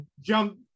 jump